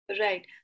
Right